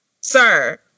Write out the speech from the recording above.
sir